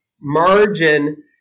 margin